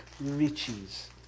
riches